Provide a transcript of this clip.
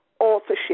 authorship